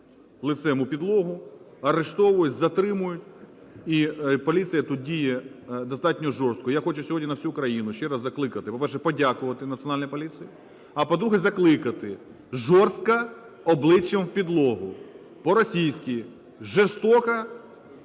лицем у підлогу, арештовують, затримують, і поліція тут діє достатньо жорстко. Я хочу сьогодні на всю Україну ще раз закликати, по-перше, подякувати Національній поліції; а, по-друге, закликати: жорстко обличчям в підлогу. По-російськи: жестко